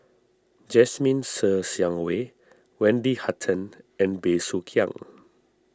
Jasmine Ser Xiang Wei Wendy Hutton and Bey Soo Khiang